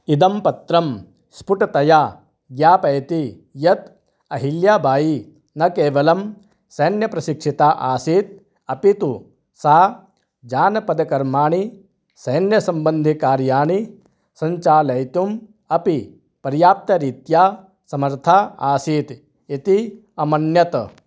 इदं पत्रं स्फुटतया ज्ञापयति यत् अहिल्याबायि न केवलं सैन्यप्रशिक्षिता आसीत् अपितु सा जानपदकर्माणि सैन्यसम्बन्धिकार्याणि सञ्चालयितुम् अपि पर्याप्तरीत्या समर्था आसीत् इति अमन्यत